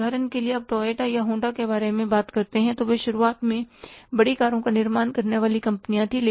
उदाहरण के लिए आप टोयोटा या होंडा के बारे में बात करते हैं वे शुरुआत में बड़ी कारों का निर्माण करने वाली कंपनियां थीं